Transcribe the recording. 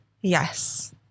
Yes